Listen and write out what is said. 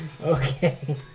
Okay